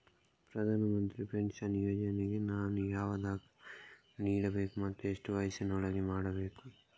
ಪ್ರಧಾನ ಮಂತ್ರಿ ಪೆನ್ಷನ್ ಯೋಜನೆಗೆ ನಾನು ಯಾವ ದಾಖಲೆಯನ್ನು ನೀಡಬೇಕು ಮತ್ತು ಎಷ್ಟು ವಯಸ್ಸಿನೊಳಗೆ ಮಾಡಬೇಕು?